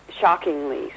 shockingly